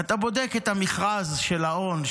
אתה בודק את המכרז של האון,